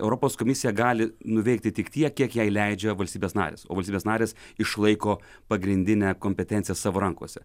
europos komisija gali nuveikti tik tiek kiek jai leidžia valstybės narės o valstybės narės išlaiko pagrindinę kompetenciją savo rankose